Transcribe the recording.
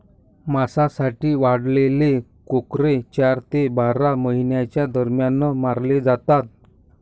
मांसासाठी वाढवलेले कोकरे चार ते बारा महिन्यांच्या दरम्यान मारले जातात